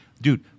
dude